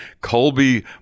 Colby